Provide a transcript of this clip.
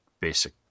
basic